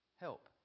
Help